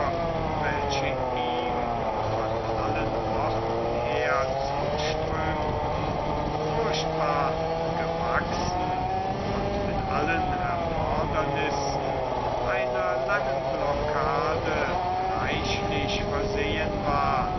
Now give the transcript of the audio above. welche ihm von allen orten her zuströmten furchtbar gewachsen und mit allen erfordernissen einer langen blokade reichlich versehen war